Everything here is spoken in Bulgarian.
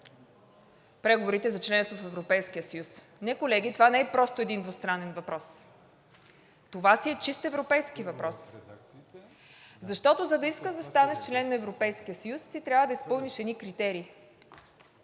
преговорите за членство в Европейския съюз. Не, колеги, това не е просто един двустранен въпрос – това си е чист европейски въпрос. Защото, за да искаш да станеш член на Европейския съюз, ти трябва да изпълниш едни критерии,